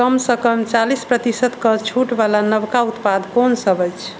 कम सँ कम चालीस प्रतिशत कऽ छूट बला नवका उत्पाद कोन सब अछि